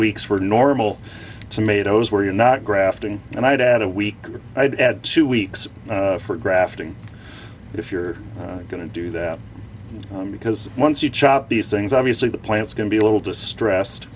weeks for normal tomatoes where you're not grafting and i'd add a week i'd add two weeks for grafting if you're going to do that because once you chop these things obviously the plants going to be a little distressed